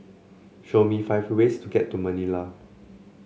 show me five ways to get to Manila